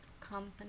company